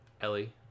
Ellie